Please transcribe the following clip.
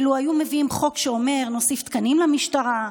לו היו מביאים חוק שאומר: נוסיף תקנים למשטרה,